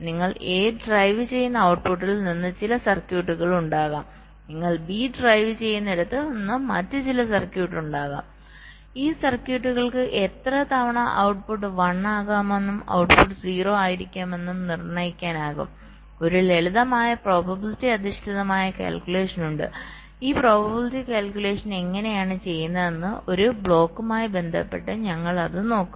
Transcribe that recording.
നിങ്ങൾ A drive ചെയ്യുന്ന ഔട്ട്പുട്ടിൽ നിന്ന് ചില സർക്യൂട്ടുകൾ ഉണ്ടാകാം നിങ്ങൾ B ഡ്രൈവ് ചെയ്യുന്നിടത്ത് നിന്ന് മറ്റ് ചില സർക്യൂട്ട് ഉണ്ടാകാം ഈ സർക്യൂട്ടുകൾക്ക് എത്ര തവണ ഔട്ട്പുട്ട് 1 ആകാമെന്നും ഔട്ട്പുട്ട് 0 ആയിരിക്കാമെന്നും നിർണ്ണയിക്കാനാകും ഒരു ലളിതമായ പ്രോബബിലിറ്റി അധിഷ്ഠിത കാല്കുലേഷൻ ഉണ്ട് ഈ പ്രോബബിലിറ്റി കാല്കുലേഷൻ എങ്ങനെയാണ് ചെയ്യുന്നത് എന്ന് ഒരു ബ്ലോക്കുമായി ബന്ധപ്പെട്ട് ഞങ്ങൾ അത് നോക്കും